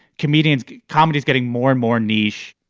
comedian's comedy is getting more and more niche.